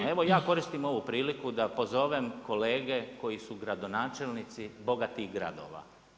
Evo ja koristim ovu priliku da pozovem kolege koji su gradonačelnici bogatih gradova.